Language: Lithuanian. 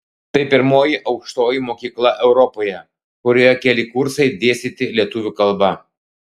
tai pirmoji aukštoji mokykla europoje kurioje keli kursai dėstyti lietuvių kalba